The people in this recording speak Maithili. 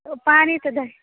ओ पानि से दहि